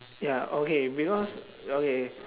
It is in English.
ya okay because okay